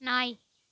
நாய்